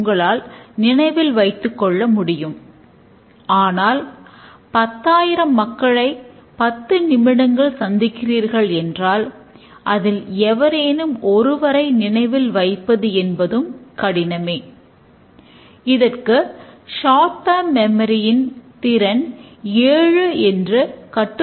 இங்கு உபயோகிக்கக்கூடிய பிற குறியீடுகளை இன்னும் சில நிமிடங்களில் நாம் பார்க்கப் போகிறோம்